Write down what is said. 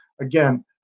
again